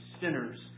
sinners